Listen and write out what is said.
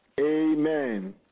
Amen